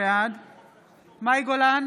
בעד מאי גולן,